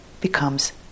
becomes